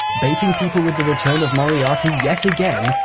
baiting people with the return of moriarty yet again,